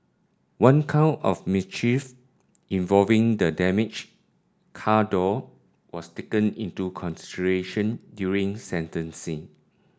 one count of mischief involving the damaged car door was taken into consideration during sentencing